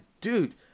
dude